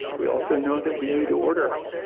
we also know that we need order,